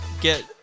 get